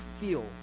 feel